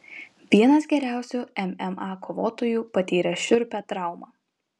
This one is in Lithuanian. vienas geriausių mma kovotojų patyrė šiurpią traumą